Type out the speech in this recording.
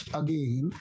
again